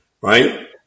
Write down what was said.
right